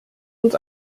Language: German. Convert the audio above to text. uns